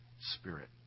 Spirit